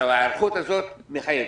ההיערכות הזו מתחייבת.